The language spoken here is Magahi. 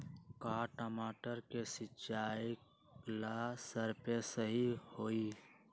का टमाटर के सिचाई ला सप्रे सही होई?